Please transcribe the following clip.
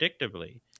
predictably